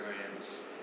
programs